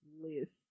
list